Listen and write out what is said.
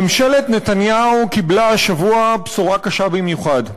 ממשלת נתניהו קיבלה השבוע בשורה קשה במיוחד,